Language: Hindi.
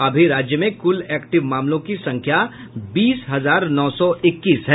अभी राज्य में कुल एक्टिव मामलों की संख्या बीस हजार नौ सौ इक्कीस है